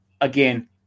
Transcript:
again